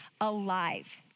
alive